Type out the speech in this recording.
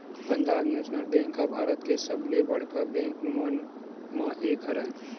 Punjab national bank ह भारत के सबले बड़का बेंक मन म एक हरय